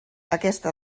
aquesta